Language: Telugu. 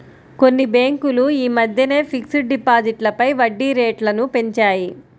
కొన్ని బ్యేంకులు యీ మద్దెనే ఫిక్స్డ్ డిపాజిట్లపై వడ్డీరేట్లను పెంచాయి